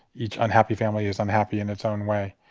each unhappy family is unhappy in its own way.